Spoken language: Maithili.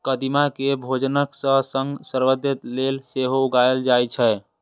कदीमा कें भोजनक संग संग सौंदर्य लेल सेहो उगायल जाए छै